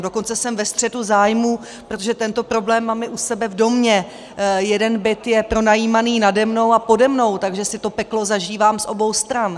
Dokonce jsem ve střetu zájmů, protože tento problém mám i u sebe v domě, jeden byt je pronajímaný nade mnou a pode mnou, takže si to peklo zažívám z obou stran.